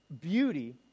beauty